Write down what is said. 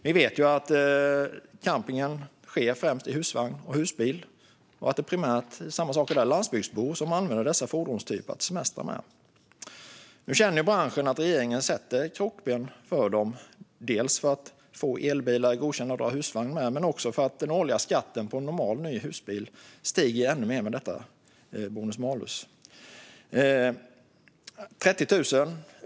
Vi vet att camping sker främst i husvagn och husbil och att det primärt är landsbygdsbor - det är alltså samma sak där - som använder dessa fordonstyper för att semestra. Nu känner branschen att regeringen sätter krokben för dem. Bland annat behöver elbilar godkännas för att dra husvagn. Dessutom stiger den årliga skatten på en normal ny husbil ännu mer med detta bonus-malus-system.